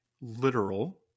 literal